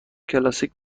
کلاسیک